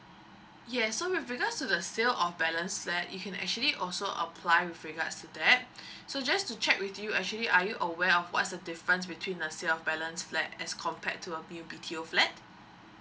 yes so with regards to the sale of balance flat you can actually also apply with regards to that so just to check with you actually are you aware of what's the difference between a sale balance flat as compared to a B O B_T_O flat